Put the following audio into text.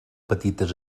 petites